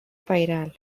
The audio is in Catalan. pairal